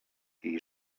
jej